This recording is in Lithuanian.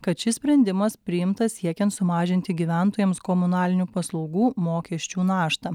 kad šis sprendimas priimtas siekiant sumažinti gyventojams komunalinių paslaugų mokesčių naštą